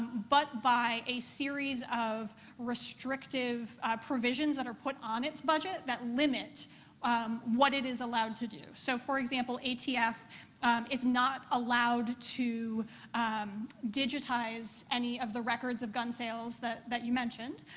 but by a series of restrictive provisions that are put on its budget that limit what it is allowed to do. so, for example, atf is not allowed to digitize any of the records of gun sales that that you mentioned.